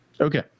Okay